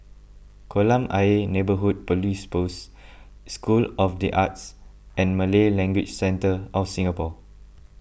Kolam Ayer Neighbourhood Police Post School of the Arts and Malay Language Centre of Singapore